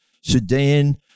Sudan